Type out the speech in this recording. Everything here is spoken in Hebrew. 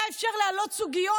היה אפשר להעלות סוגיות.